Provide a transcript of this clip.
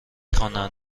خوانند